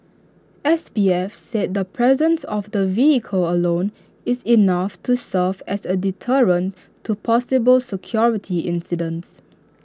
S P F said the presence of the vehicle alone is enough to serve as A deterrent to possible security incidents